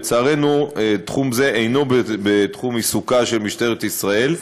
לצערנו הדבר אינו בתחום עיסוקה של משטרת ישראל,